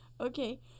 Okay